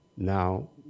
Now